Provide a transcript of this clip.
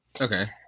okay